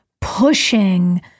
pushing